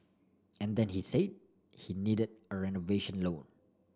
and then he said he needed a renovation loan